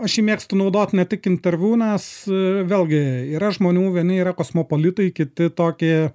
aš jį mėgstu naudot ne tik interviu nes vėlgi yra žmonių vieni yra kosmopolitai kiti tokie